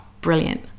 Brilliant